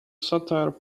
satire